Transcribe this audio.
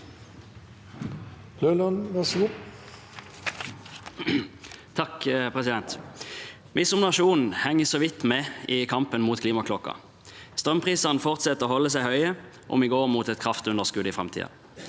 (Sp) Vi som na- sjon henger så vidt med i kampen mot klimaklokka. Strømprisene fortsetter å holde seg høye, og vi går mot et kraftunderskudd i framtiden.